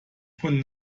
von